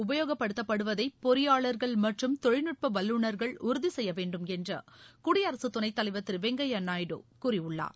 உபயோகப்படுத்தப்படுவதை பொறியாளர்கள் மற்றும் தொழில்நுட்ப வல்லுநர்கள் உறுதிசெய்ய வேண்டுமென்று குடியரசு துணைத் தலைவர் திரு வெங்கய்ய நாயுடு கூறியுள்ளார்